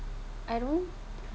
I don't